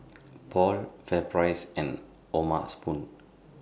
Paul FairPrice and O'ma Spoon